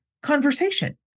conversation